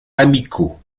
amicaux